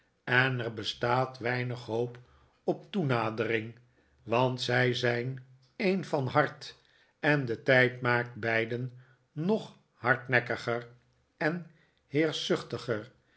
en er bestaat weinig hoop op toenadering want zij zijn een van hart en de tijd maakt beiden nog hardnekkiger en